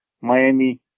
Miami